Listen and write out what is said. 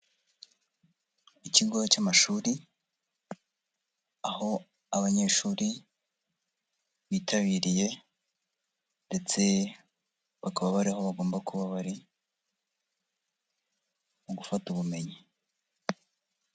Ikigo cy'amashuri aho abanyeshuri bitabiriye ndetse bakaba bari aho bagomba kuba bari mu gufata ubumenyi.